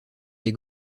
les